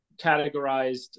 categorized